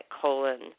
colon